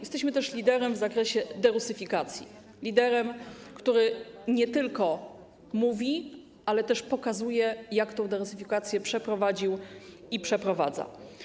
Jesteśmy też liderem w zakresie derusyfikacji, liderem, który nie tylko mówi, ale też pokazuje, jak tę derusyfikację przeprowadził i przeprowadza.